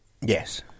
Yes